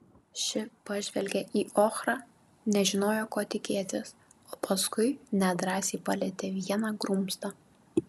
ši pažvelgė į ochrą nežinojo ko tikėtis o paskui nedrąsiai palietė vieną grumstą